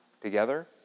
together